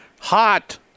hot